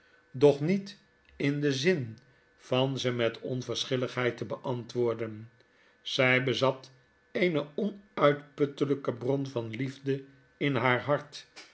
doch niet in den zin van ze met onverschilligheid te beantwoorden zij bezat eene onuitputtelyke bron van liefde in haar hart